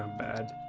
bad